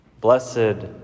Blessed